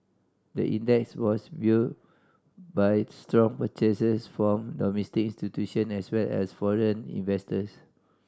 the index was by strong purchases from domestic institution as well as foreign investors